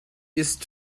ist